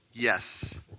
Yes